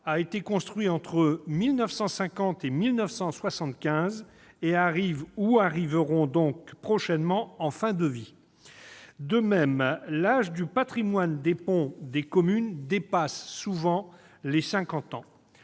été construits entre 1950 et 1975. Ils sont ou seront donc prochainement en fin de vie. De même, l'âge du patrimoine des ponts des communes dépasse souvent cinquante